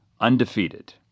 undefeated